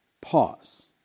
pause